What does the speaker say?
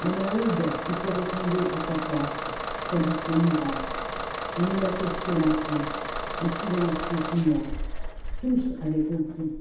la maheude était retombée à sa place près du feu mourant on ne la questionna point le silence continua tous avaient compris